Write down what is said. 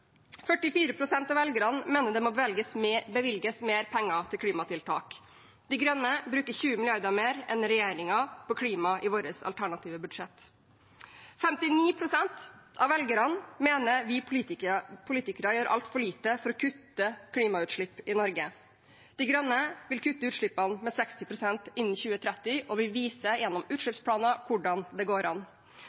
av velgerne mener det må bevilges mer penger til klimatiltak. De Grønne bruker 20 mrd. kr mer enn regjeringen på klima i vårt alternative budsjett. 59 pst. av velgerne mener vi politikere gjør altfor lite for å kutte klimagassutslipp i Norge. De Grønne vil kutte utslippene med 60 pst. innen 2030, og vi viser gjennom utslippsplaner hvordan det går an.